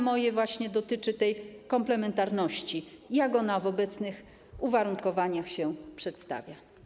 Moje pytanie dotyczy tej komplementarności, jak ona w obecnych uwarunkowaniach się przedstawia?